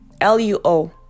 L-U-O